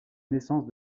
naissance